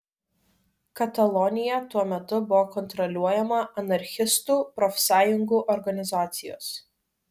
katalonija tuo metu buvo kontroliuojama anarchistų profsąjungų organizacijos